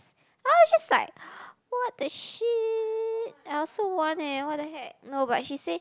I was just like what-the-shit I also want eh what-the-heck no but she say